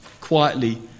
quietly